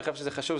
אני חושב שזה חשוב.